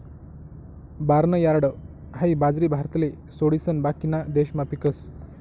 barnyard हाई बाजरी भारतले सोडिसन बाकीना देशमा पीकस